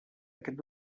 aquest